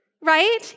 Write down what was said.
right